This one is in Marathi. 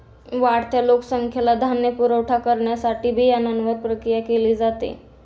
वाढत्या लोकसंख्येला धान्य पुरवठा करण्यासाठी बियाण्यांवर प्रक्रिया केली जाते